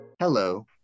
Hello